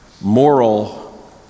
moral